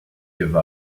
give